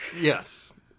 Yes